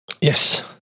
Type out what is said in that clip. yes